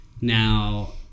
Now